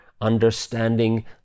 understanding